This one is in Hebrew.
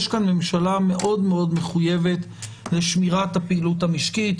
יש כאן ממשלה מאוד מאוד מחויבת לשמירתה פעילות המשקית.